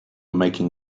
making